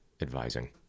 advising